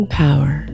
power